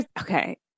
Okay